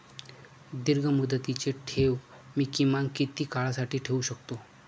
दीर्घमुदतीचे ठेव मी किमान किती काळासाठी ठेवू शकतो?